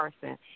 person